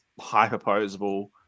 hyperposable